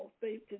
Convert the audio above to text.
faith